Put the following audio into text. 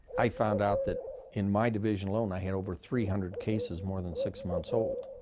i found out that in my division alone i had over three hundred cases more than six months old.